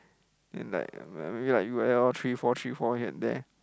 then like maybe like you add on three four three four here and there